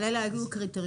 אבל אלה היו הקריטריונים?